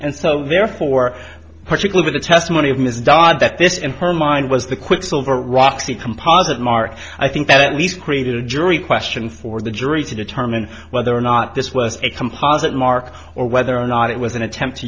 and so therefore particular the testimony of ms da that this in her mind was the quicksilver roxy composite mark i think that at least created a jury question for the jury to determine whether or not this was a composite mark or whether or not it was an attempt to